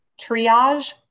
triage